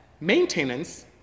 maintenance